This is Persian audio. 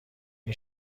این